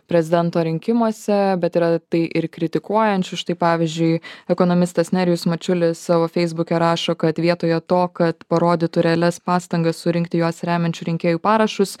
prezidento rinkimuose bet yra tai ir kritikuojančių štai pavyzdžiui ekonomistas nerijus mačiulis savo feisbuke rašo kad vietoje to kad parodytų realias pastangas surinkti juos remiančių rinkėjų parašus